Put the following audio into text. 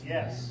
Yes